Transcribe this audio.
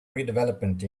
redevelopment